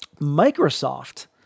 Microsoft